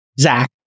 Zach